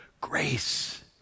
grace